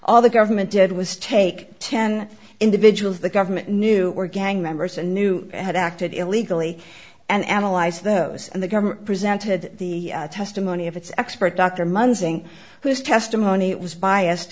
all the government did was take ten individuals the government knew were gang members and new had acted illegally and analyzed those and the government presented the testimony of its expert dr munching whose testimony was biased